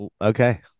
Okay